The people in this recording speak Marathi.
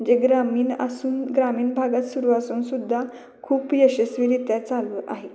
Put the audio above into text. जे ग्रामीण असून ग्रामीण भागात सुरु असून सुद्धा खूप यशस्वीरीत्या चालू आहे